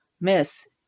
miss